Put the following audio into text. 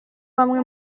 bamwe